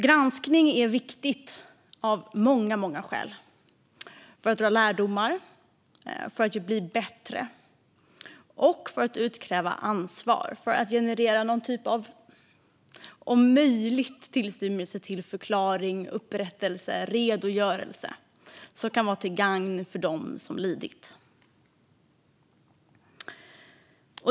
Granskning är viktigt av många, många skäl: för att dra lärdomar, för att bli bättre, för att utkräva ansvar och för att generera någon typ av, om möjligt, tillstymmelse till förklaring, upprättelse och redogörelse som kan vara till gagn för dem som lidit.